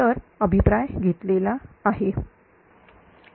तर अभिप्राय घेतलेला आहे